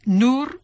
nur